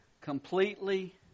completely